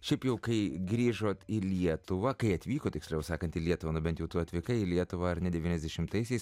šiaip jau kai grįžot į lietuvą kai atvykot tiksliau sakant į lietuvą na bent jau tu atvykai į lietuvą ar ne devyniasdešimtaisiais